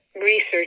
research